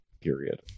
period